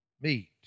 meet